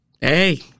hey